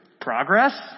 progress